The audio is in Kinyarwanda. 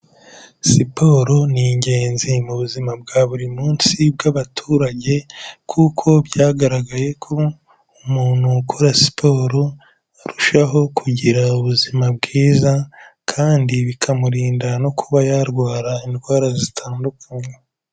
Siporo ni ingenzi mu buzima bwa buri munsi bw'abaturage kuko byagaragaye ko umuntu ukora siporo arushaho kugira ubuzima bwiza kandi bikamurinda no kuba yarwara indwara zitandukanye.